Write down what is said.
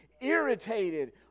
irritated